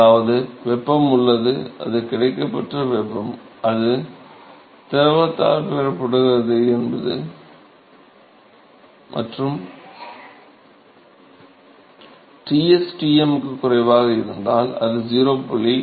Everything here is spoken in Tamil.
அதாவது வெப்பம் உள்ளது அது கிடைக்கப்பெற்ற வெப்பம் அது திரவத்தால் பெறப்படுகிறது மற்றும் Ts Tm க்கு குறைவாக இருந்தால் அது 0